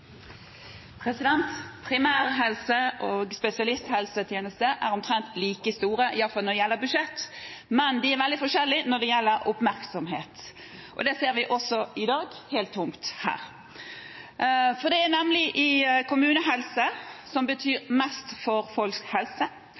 omtrent like store, iallfall når det gjelder budsjett, men de er veldig forskjellige når det gjelder oppmerksomhet. Det ser vi også i dag – det er helt tomt her. Det er nemlig kommunehelse som betyr mest for folks helse.